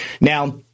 Now